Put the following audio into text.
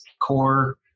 core